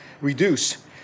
reduce